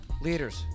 Leaders